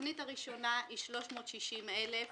התכנית הראשונה היא 360 אלף